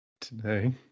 Today